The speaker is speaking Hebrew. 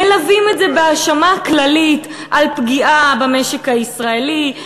מלווים את זה בהאשמה כללית על פגיעה במשק הישראלי,